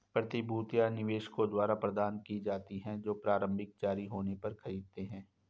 प्रतिभूतियां निवेशकों द्वारा प्रदान की जाती हैं जो प्रारंभिक जारी होने पर खरीदते हैं